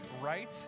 right